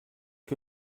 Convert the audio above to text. que